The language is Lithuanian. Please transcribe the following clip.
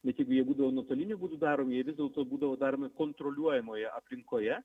net jeigu jie būdavo nutoliniu būdu daromi jie vis dėlto būdavo daromi kontroliuojamoje aplinkoje